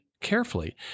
carefully